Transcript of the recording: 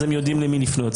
אז הם יודעים למי לפנות.